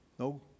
No